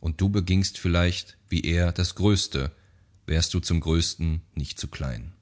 und du begingst vielleicht wie er das größte wärst du zum größten nicht zu klein